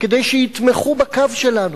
כדי שיתמכו בקו שלנו.